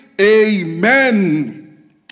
amen